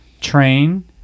train